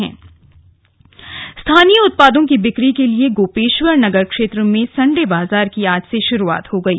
Gopeshwar Sunday बाजार स्थानीय उत्पादों की बिक्री के लिए गोपेश्वर नगर क्षेत्र में संडे बाजार की आज से शुरूआत हो गयी